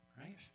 Right